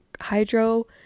hydro